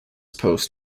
post